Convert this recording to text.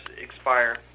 expire